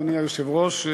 אדוני היושב-ראש,